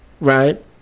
right